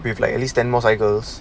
we have like at least ten more cycles